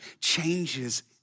changes